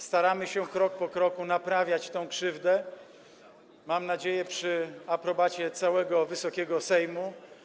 Staramy się krok po kroku naprawiać tę krzywdę, mam nadzieję, przy aprobacie całego Wysokiego Sejmu.